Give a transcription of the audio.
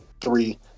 three